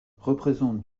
représentent